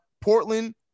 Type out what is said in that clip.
Portland